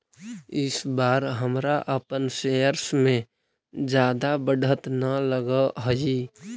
इस बार हमरा अपन शेयर्स में जादा बढ़त न लगअ हई